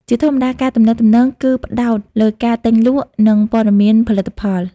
ជាធម្មតា ការទំនាក់ទំនងគឺផ្តោតលើការទិញលក់ និងព័ត៌មានផលិតផល។